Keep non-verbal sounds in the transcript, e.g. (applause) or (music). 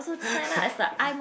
(laughs)